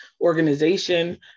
organization